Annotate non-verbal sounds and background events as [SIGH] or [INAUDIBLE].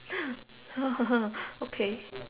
[BREATH] [LAUGHS] okay